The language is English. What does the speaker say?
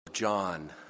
John